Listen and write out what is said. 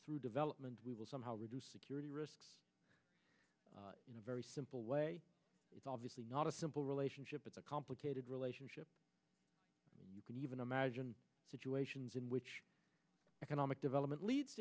through development we will somehow reduce security risks in a very simple way it's obviously not a simple relationship but the complicated relationship you can even imagine situations in which economic development leads